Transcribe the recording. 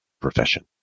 profession